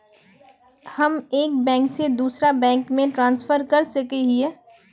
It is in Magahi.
हम एक बैंक से दूसरा बैंक में ट्रांसफर कर सके हिये?